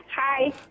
Hi